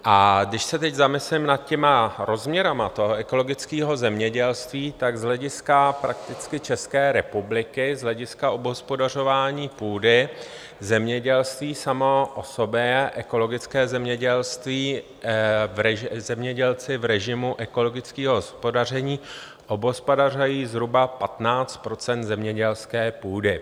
A když se teď zamyslím nad těmi rozměry toho ekologického zemědělství, tak z hlediska prakticky České republiky, z hlediska obhospodařování půdy zemědělství samo o sobě, ekologické zemědělství, zemědělci v režimu ekologického hospodaření obhospodařují zhruba 15 % zemědělské půdy.